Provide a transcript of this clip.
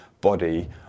body